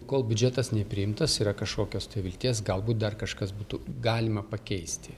kol biudžetas nepriimtas yra kažkokios vilties galbūt dar kažkas būtų galima pakeisti